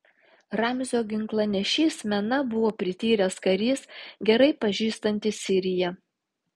ramzio ginklanešys mena buvo prityręs karys gerai pažįstantis siriją